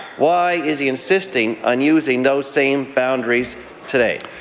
why is he insisting on using those same boundaries today?